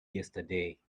yesterday